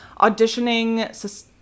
auditioning